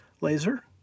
laser